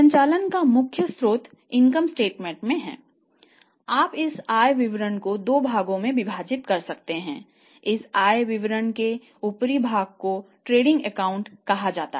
संचालन का मुख्य स्रोत आय विवरण कहा जाता है